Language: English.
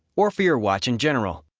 or for your watch in general.